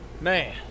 Man